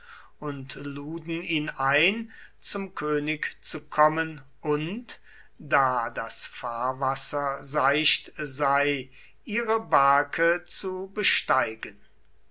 und luden ihn ein zum könig zu kommen und da das fahrwasser seicht sei ihre barke zu besteigen